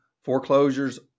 foreclosures